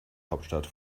hauptstadt